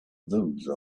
those